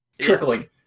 Trickling